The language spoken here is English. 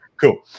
Cool